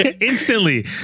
instantly